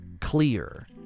clear